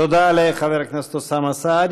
תודה לחבר הכנסת אוסאמה סעדי.